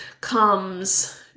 comes